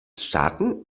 staaten